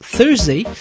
Thursday